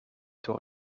door